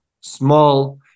small